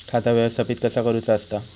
खाता व्यवस्थापित कसा करुचा असता?